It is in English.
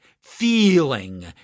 feeling